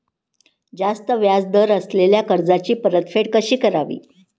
जास्त व्याज दर असलेल्या कर्जाची परतफेड कशी करावी?